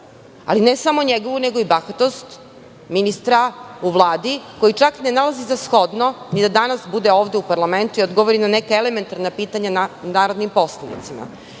i ne samo njegovu nego i bahatost ministra u Vladi koji čak ne nalazi za shodno ni da danas bude ovde u parlamentu i odgovori na neka elementarna pitanja narodnim poslanicima? Nije